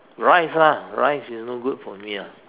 rice lah rice is no good for me ah